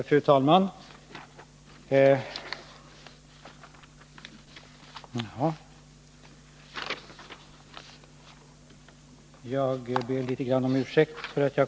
Fru talman!